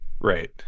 Right